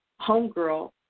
homegirl